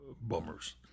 bummers